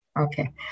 Okay